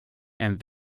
and